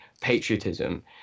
patriotism